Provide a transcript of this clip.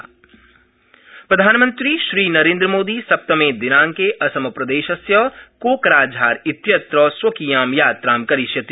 मन्त्रिण असमयात्रा प्रधानमन्त्री श्रीनरेन्द्रमोदी सप्तमे दिनांके असमप्रदेशस्य कोकराझार इत्यत्र स्वीयां यात्रां करिष्यति